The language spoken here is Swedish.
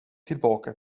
tillbaka